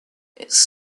its